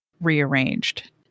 rearranged